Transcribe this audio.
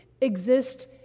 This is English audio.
exist